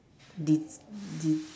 this this